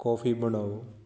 coffee ਬਣਾਓ